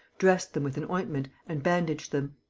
dressed them with an ointment and bandaged them.